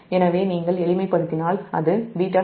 எனவே நீங்கள் எளிமைப்படுத்தினால் அது β2 βIa1 β2 β Ia2 2Ia0